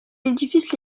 édifices